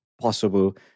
possible